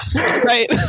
right